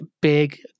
big